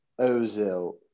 Ozil